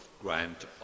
Grant